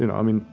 and i mean,